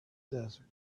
desert